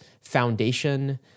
foundation